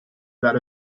that